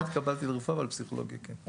אני לא התקבלתי לרפואה אבל לפסיכולוגיה כן.